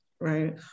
right